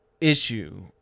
issue